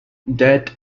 debt